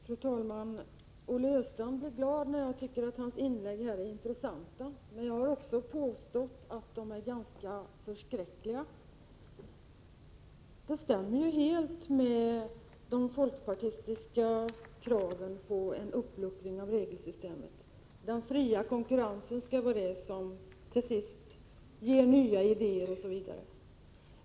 Fru talman! Olle Östrand blev glad när jag sade att hans inlägg här är intressanta. Men jag har också påstått att de är ganska förskräckliga. De stämmer ju helt med de folkpartistiska kraven på en uppluckring av regelsystemet. Den fria konkurrensen skall vara det som till sist ger nya idéer OSV.